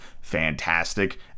fantastic